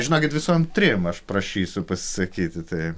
žinokit visom trim aš prašysiu pasisakyti tai